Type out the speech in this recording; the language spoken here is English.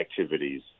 activities